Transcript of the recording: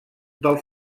del